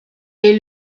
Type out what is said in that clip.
est